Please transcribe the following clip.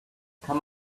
come